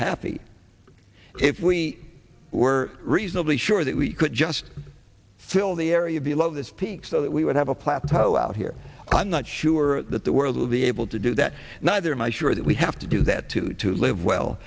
happy if we were reasonably sure that we could just fill the area below this peak so that we would have a plateau out here i'm not sure that the world will be able to do that neither am i sure that we have to do that two to live